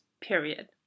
period